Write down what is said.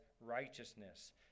righteousness